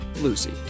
Lucy